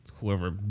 whoever